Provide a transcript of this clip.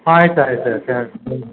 ಆಯ್ತು ಆಯ್ತು